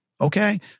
Okay